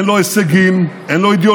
אין לו הישגים, אין לו אידיאולוגיה.